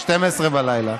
12:00 בלילה.